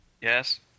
Yes